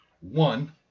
One